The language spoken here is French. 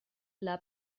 l’a